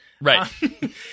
right